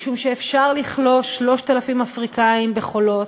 משום שאפשר לכלוא 3,000 אפריקנים ב"חולות",